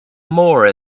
more